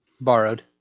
Borrowed